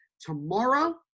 tomorrow